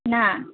ના